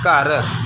ਘਰ